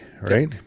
right